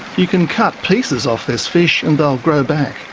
you can cut pieces off this fish and they'll grow back,